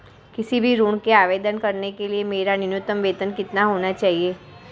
किसी भी ऋण के आवेदन करने के लिए मेरा न्यूनतम वेतन कितना होना चाहिए?